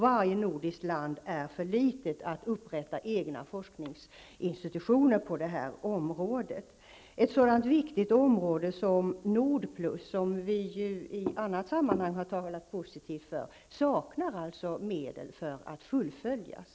Varje nordiskt land är för litet att upprätta egna forskningsinstitutioner på detta område. Ett sådant viktigt område, Nord Plus, som vi talat positivt om i andra sammanhang, saknar alltså medel för att fullföljas.